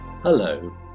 Hello